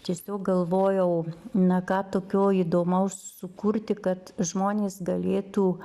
tiesiog galvojau na ką tokio įdomaus sukurti kad žmonės galėtų